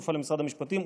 היא כפופה למשרד המשפטים.